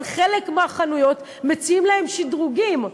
אבל בחלק מהחנויות מציעים להם שדרוגים.